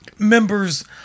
members